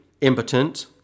impotent